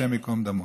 השם ייקום דמו.